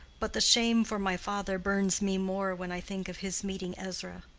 but the shame for my father burns me more when i think of his meeting ezra.